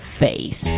face